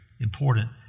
important